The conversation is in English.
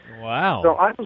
Wow